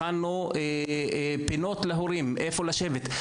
הכנת פינות להורים איפה לשבת,